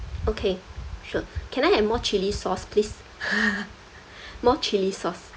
okay sure can I had more chilli sauce please more chilli sauce